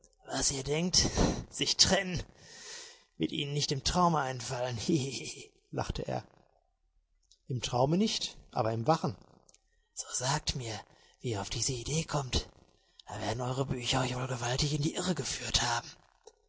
was ihr denkt sich trennen wird ihnen nicht im traume einfallen hihihihi lachte er im traume nicht aber im wachen so sagt mir wie ihr auf diese idee kommt da werden eure bücher euch wohl gewaltig in die irre geführt haben